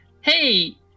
Hey